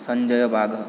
सञ्जयबाघः